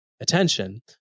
attention